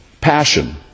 passion